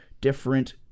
different